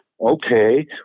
okay